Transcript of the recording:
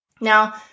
Now